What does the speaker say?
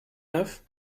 neuf